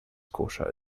koscher